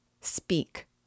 Speak